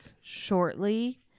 shortly